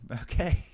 Okay